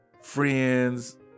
friends